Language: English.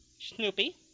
Snoopy